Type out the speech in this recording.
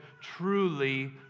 truly